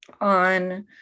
on